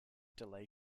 delay